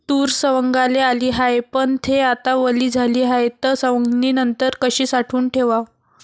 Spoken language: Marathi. तूर सवंगाले आली हाये, पन थे आता वली झाली हाये, त सवंगनीनंतर कशी साठवून ठेवाव?